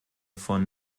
von